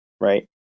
right